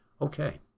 Okay